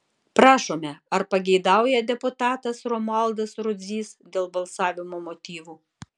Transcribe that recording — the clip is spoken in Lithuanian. prašome ar pageidauja deputatas romualdas rudzys dėl balsavimo motyvų